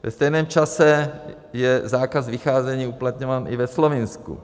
Ve stejném čase je zákaz vycházení uplatňován i ve Slovinsku.